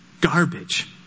garbage